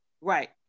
Right